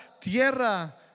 tierra